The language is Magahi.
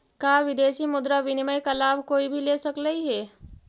का विदेशी मुद्रा विनिमय का लाभ कोई भी ले सकलई हे?